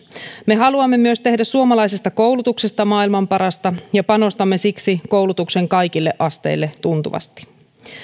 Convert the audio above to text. me haluamme myös tehdä suomalaisesta koulutuksesta maailman parasta ja panostamme siksi koulutuksen kaikille asteille tuntuvasti